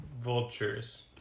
vultures